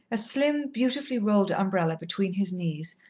a slim, beautifully-rolled umbrella between his knees,